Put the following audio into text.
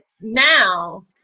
now